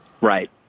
Right